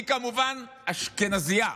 היא כמובן אשכנזייה.